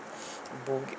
boogie